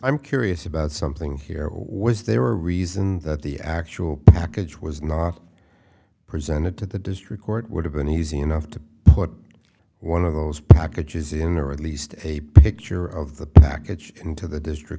i'm curious about something here was there were reason that the actual package was not presented to the district court would have been easy enough to put one of those packages in or at least a picture of the package into the district